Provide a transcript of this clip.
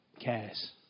cares